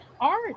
art